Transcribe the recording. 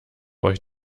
euch